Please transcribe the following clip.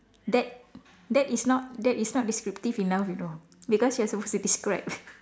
that that is not that is not descriptive enough you know because you're supposed to describe